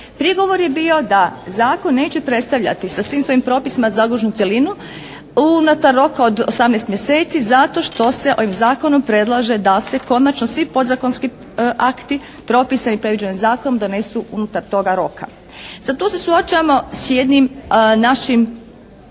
Prigovor je bio da zakon neće predstavljati sa svim svojim propisima … /Govornica se ne razumije./ … cjelinu unutar roka od 18 mjeseci zato što se ovim zakonom predlaže da se konačno svi podzakonski akti, propisi predviđeni zakonom donesu unutar toga roka. Za to se suočavamo s jednim našim